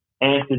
answer